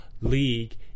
league